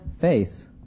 face